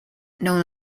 known